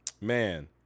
Man